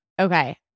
Okay